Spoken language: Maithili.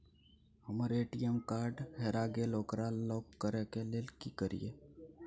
हमर ए.टी.एम कार्ड हेरा गेल ओकरा लॉक करै के लेल की करियै?